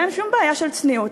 ואין שום בעיה של צניעות,